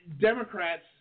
Democrats